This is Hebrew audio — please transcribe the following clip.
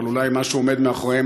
אבל מישהו עומד מאחוריהן,